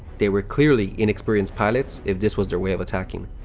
they were clearly inexperienced pilots if this was their way of attacking.